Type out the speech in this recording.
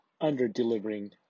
under-delivering